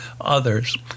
others